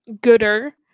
gooder